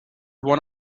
one